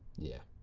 yeah.